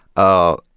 oh,